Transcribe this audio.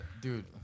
dude